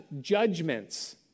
judgments